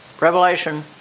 Revelation